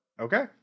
Okay